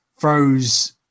throws